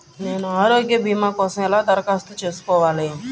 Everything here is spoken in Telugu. నేను ఆరోగ్య భీమా కోసం ఎలా దరఖాస్తు చేసుకోవాలి?